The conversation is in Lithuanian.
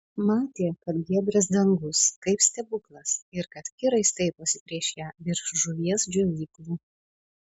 matė kad giedras dangus kaip stebuklas ir kad kirai staiposi prieš ją virš žuvies džiovyklų